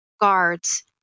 guards